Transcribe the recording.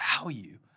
value